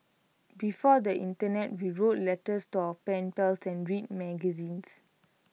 before the Internet we wrote letters to our pen pals and read magazines